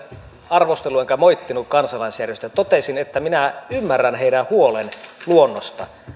arvostellut enkä moittinut kansalaisjärjestöjä totesin että minä ymmärrän heidän huolensa luonnosta